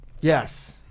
Yes